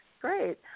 Great